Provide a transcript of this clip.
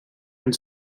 and